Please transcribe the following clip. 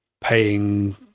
paying